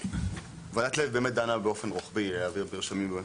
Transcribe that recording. ועדת לב באמת דנה באופן רוחבי להעביר מרשמים,